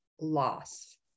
loss